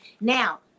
Now